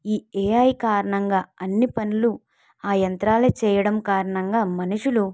ఈ ఏఐ కారణంగా అన్నీ పనులు ఆ యంత్రాలు చేయడం కారణంగా మనుషులు